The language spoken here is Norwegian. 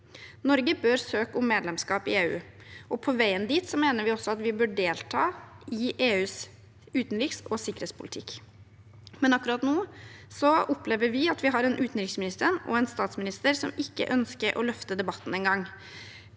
Norge bør søke om medlemskap i EU, og på veien dit mener vi også at vi bør delta i EUs utenriks- og sikkerhetspolitikk. Men akkurat nå opplever vi at vi har en utenriksminister og en statsminister som ikke engang ønsker å løfte debatten.